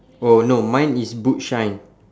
oh no mine is boot shine